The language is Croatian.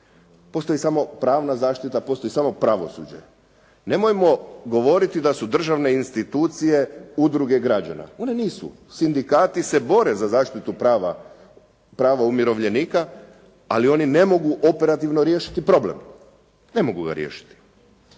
Postoji samo pravna zaštita, postoji samo pravosuđe. Nemojmo govoriti da su državne institucije udruge građana, one nisu. Sindikati se bore za zaštitu prava umirovljenika ali oni ne mogu operativno riješiti problem. Ne mogu ga riješiti.